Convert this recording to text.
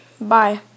bye